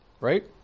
right